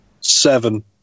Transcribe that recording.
seven